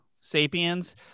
sapiens